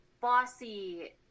bossy